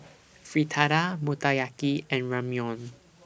Fritada Motoyaki and Ramyeon